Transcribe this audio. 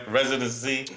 Residency